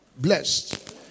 blessed